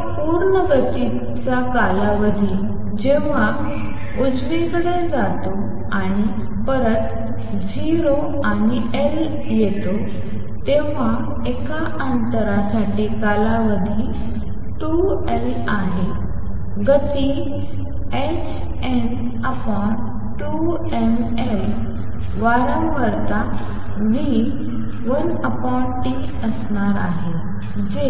एका पूर्ण गतीचा कालावधी जेव्हा उजवीकडे जातो आणि परत 0 आणि L येतो तेव्हा एका अंतरासाठी कालावधी 2 Lआहे गती hn2mL वारंवारता ν 1T असणार आहे जे